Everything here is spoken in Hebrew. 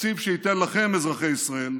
תקציב שייתן לכם, אזרחי ישראל,